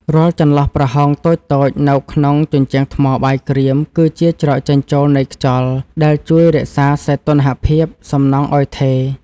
រាល់ចន្លោះប្រហោងតូចៗនៅក្នុងជញ្ជាំងថ្មបាយក្រៀមគឺជាច្រកចេញចូលនៃខ្យល់ដែលជួយរក្សាសីតុណ្ហភាពសំណង់ឱ្យថេរ។